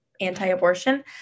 anti-abortion